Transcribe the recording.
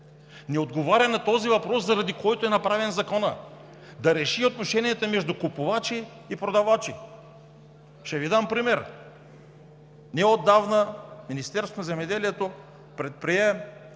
се отговаря на въпроса заради какво е направен Законът – да уреди отношенията между купувачи и продавачи? Ще Ви дам пример. Неотдавна Министерството на земеделието предприе